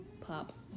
POP